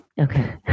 Okay